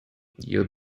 you